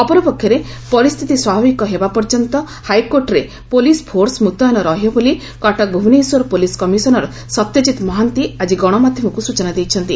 ଅପରପକ୍ଷରେ ପରିସ୍ଥିତି ସ୍ୱାଭାବିକ ହେବା ପର୍ଯ୍ୟନ୍ତ ହାଇକୋର୍ଟରେ ପୋଲିସ୍ ଫୋସ୍ ମୁତୟନ ରହିବେ ବୋଲି କଟକ ଭୁବନେଶ୍ୱର ପୁଲିସ୍ କମିଶନର ସତ୍ୟଜିତ ମହାନ୍ତି ଆକି ଗଶମାଧ୍ଧମକୁ ସୂଚନା ଦେଇଛନ୍ତି